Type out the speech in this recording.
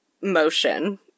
motion